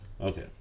Okay